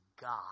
God